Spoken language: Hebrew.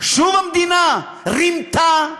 שוב המדינה רימתה,